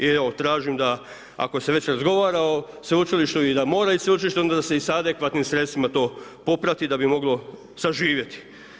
I evo tražim da, ako se već razgovara o Sveučilištu i da mora ići Sveučilište, onda da se i sa adekvatnim sredstvima to poprati da bi moglo zaživjeti.